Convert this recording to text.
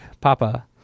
Papa